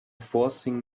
forcing